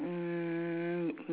mm